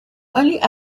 only